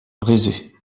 rezé